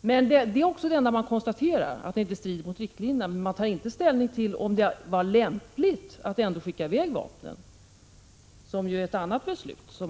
Men detta är också det enda de konstaterar. De tar inte ställning till om det var lämpligt att ändå skicka i väg vapnen, vilket ju är ett annat beslut.